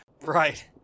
Right